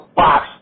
box